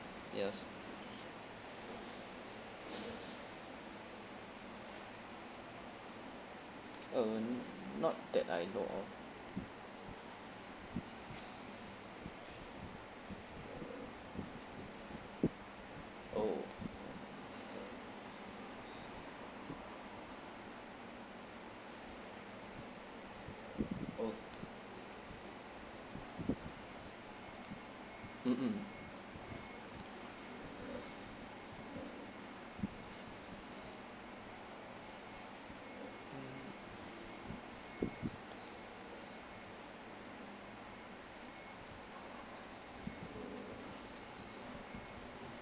yes uh not that I know of oh oh mmhmm mm